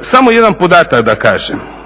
Samo jedan podatak da kažem,